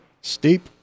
Steep